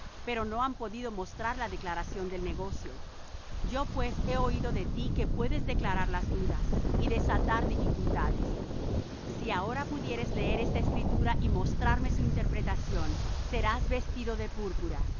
pero no han podido mostrar la declaración del negocio yo pues he oído de ti que puedes declarar las dudas y desatar dificultades si ahora pudieres leer esta escritura y mostrarme su interpretación serás vestido de púrpura